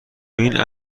این